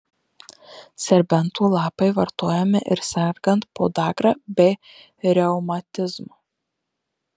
serbentų lapai vartojami ir sergant podagra bei reumatizmu